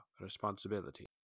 responsibility